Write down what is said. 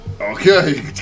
Okay